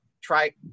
try